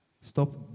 Stop